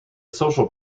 social